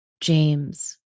James